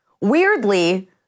weirdly